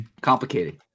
complicated